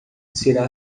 será